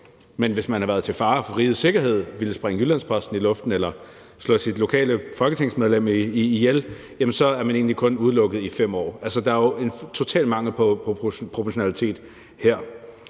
man, hvis man har været til fare for rigets sikkerhed – har villet sprænge Jyllands-Posten i luften eller slå sit lokale folketingsmedlem ihjel – så egentlig kun er udelukket fra det i 5 år. Altså, der er jo en total mangel på proportionalitet her.